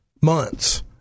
Months